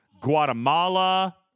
Guatemala